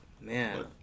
man